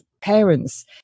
parents